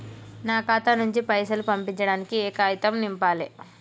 నా ఖాతా నుంచి పైసలు పంపించడానికి ఏ కాగితం నింపాలే?